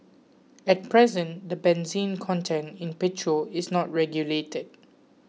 at present the benzene content in petrol is not regulated